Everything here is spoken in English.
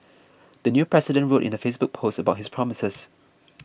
the new president wrote in a Facebook post about his promises